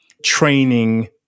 training